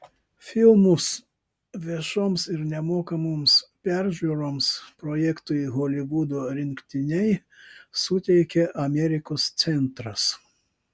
filmus viešoms ir nemokamoms peržiūroms projektui holivudo rinktiniai suteikė amerikos centras